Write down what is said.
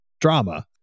drama